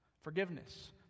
forgiveness